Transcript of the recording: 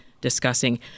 discussing